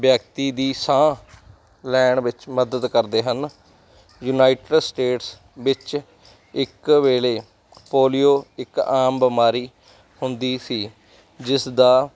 ਵਿਅਕਤੀ ਦੀ ਸਾਹ ਲੈਣ ਵਿੱਚ ਮਦਦ ਕਰਦੇ ਹਨ ਯੂਨਾਈਟੇਡ ਸਟੇਟਸ ਵਿੱਚ ਇੱਕ ਵੇਲੇ ਪੋਲੀਓ ਇੱਕ ਆਮ ਬਿਮਾਰੀ ਹੁੰਦੀ ਸੀ ਜਿਸ ਦਾ